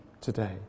today